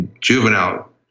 juvenile